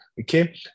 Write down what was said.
okay